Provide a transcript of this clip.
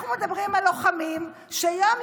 אנחנו מדברים על לוחמים שיום-יום,